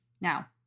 now